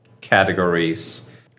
categories